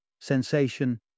sensation